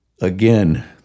again